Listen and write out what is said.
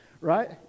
right